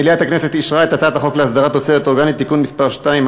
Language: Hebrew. מליאת הכנסת אישרה את הצעת החוק להסדרת תוצרת אורגנית (תיקון מס' 2),